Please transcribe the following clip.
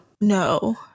no